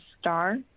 star